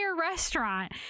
restaurant